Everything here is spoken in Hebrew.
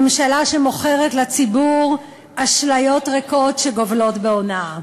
ממשלה שמוכרת לציבור אשליות ריקות שגובלות בהונאה.